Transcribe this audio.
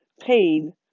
paid